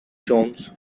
jones